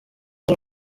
z’u